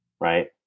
Right